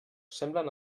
semblen